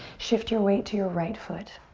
shift your weight to your right foot.